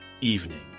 evening